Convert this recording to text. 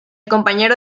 compañero